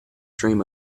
dream